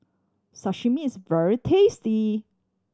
sashimi is very tasty